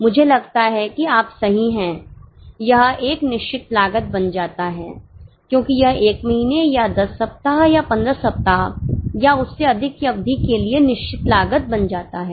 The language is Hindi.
मुझे लगता है कि आप सही हैं यह एक निश्चित लागत बन जाता है क्योंकि यह 1 महीने या 10 सप्ताह या 15 सप्ताह या उससे अधिक की अवधि के लिए निश्चित लागत बन जाता है